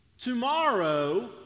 Tomorrow